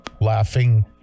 Laughing